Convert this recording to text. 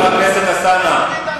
חבר הכנסת אלסאנע.